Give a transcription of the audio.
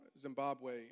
Zimbabwe